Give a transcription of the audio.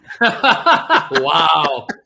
Wow